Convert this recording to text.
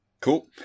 Cool